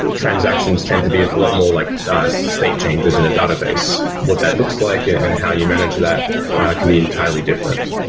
ah transactions tend to be a lot more like state changes in a database. what that looks like and how you manage that can be entirely different.